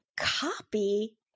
Copy